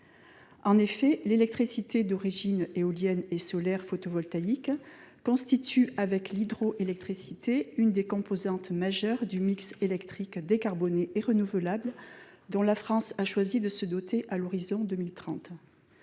En effet, l'électricité d'origine éolienne et solaire photovoltaïque constitue avec l'hydroélectricité une des composantes majeures du mix électrique décarboné et renouvelable dont la France a choisi de se doter à l'horizon 2030.